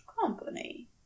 company